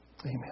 Amen